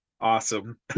Awesome